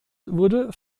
wurde